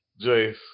Jace